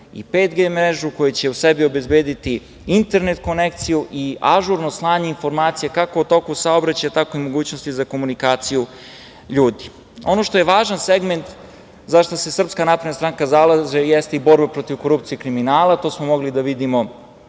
i 5G mrežu, koji će u sebi obezbediti internet konekciju i ažurno slanje informacija kako o toku saobraćaja, tako i mogućnosti za komunikaciju ljudi. Ono što je važan segment, za šta se Srpska napredna stranka zalaže, jeste i borba protiv korupcije i kriminala. To smo mogli da vidimo